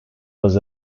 was